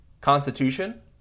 constitution